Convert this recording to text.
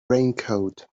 raincoat